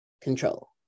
control